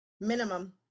minimum